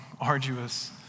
arduous